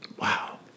wow